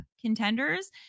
contenders